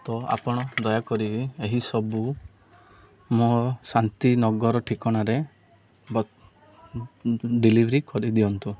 ତ ଆପଣ ଦୟାକରି ଏହିସବୁ ମୋ ଶାନ୍ତି ନଗର ଠିକଣାରେ ଡେଲିଭରି କରିଦିଅନ୍ତୁ